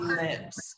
lips